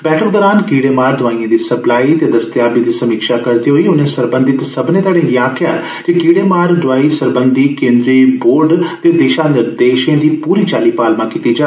बैठक दौरान कीड़े मार दोआईए दी सप्लाई ते दस्तयाबी दी समीक्षा करदे होई उनें सरबंधित सब्मने घड़ें गी आक्खेआ जे कीड़ेमार दोआई सरबंधी केंद्री बोर्ड दे दिशा निर्देशें दी पूरी चाली पालमा कीती जा